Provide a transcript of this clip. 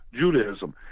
Judaism